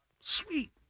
Sweet